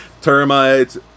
termites